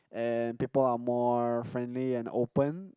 and people are more friendly and open